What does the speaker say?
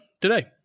today